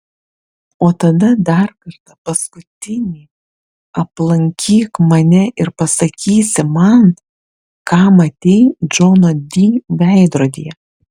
o tada dar kartą paskutinį aplankyk mane ir pasakysi man ką matei džono di veidrodyje